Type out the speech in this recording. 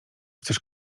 chcesz